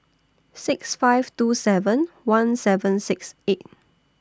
six five two seven one seven six eight